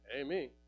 Amen